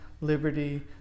liberty